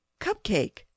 Cupcake